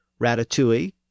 ratatouille